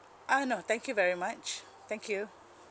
uh no thank you very much thank you